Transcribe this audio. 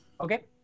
Okay